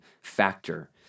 factor